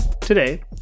Today